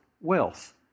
wealth